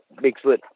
Bigfoot